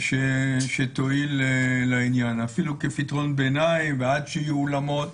שתועיל, אפילו כפתרון ביניים ועד שיהיו אולמות.